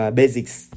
basics